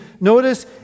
Notice